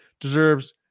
deserves